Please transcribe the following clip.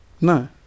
No